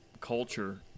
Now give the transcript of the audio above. culture